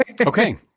Okay